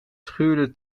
schuurde